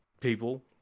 people